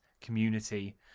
community